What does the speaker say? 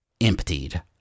emptied